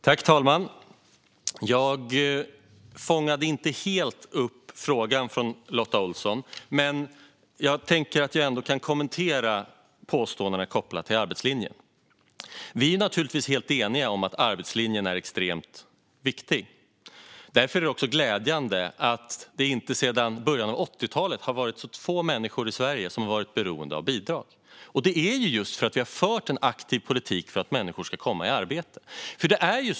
Fru talman! Jag fångade inte helt upp frågan från Lotta Olsson, men jag kan ändå kommentera påståendena kopplade till arbetslinjen. Vi är naturligtvis helt eniga om att arbetslinjen är extremt viktig. Därför är det också glädjande att det inte sedan början av 80-talet har varit så få människor i Sverige som är beroende av bidrag, och det är just för att vi har fört en aktiv politik för att människor ska komma i arbete.